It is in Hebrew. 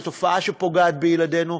זו תופעה שפוגעת בילדינו,